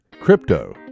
Crypto